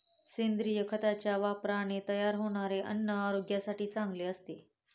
सेंद्रिय खताच्या वापराने तयार होणारे धान्य आरोग्यासाठी चांगले असते